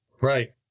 Right